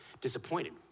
disappointed